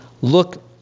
look